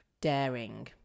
daring